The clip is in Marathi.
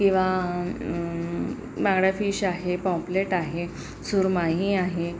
किंवा बांगडा फिश आहे पॉम्पलेट आहे सुरमई आहे